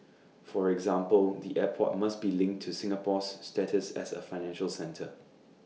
for example the airport must be linked to Singapore's status as A financial centre